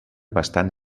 bastant